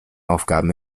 aufgaben